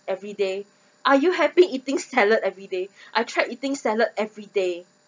every day are you happy eating salad every day I've tried eating salad every day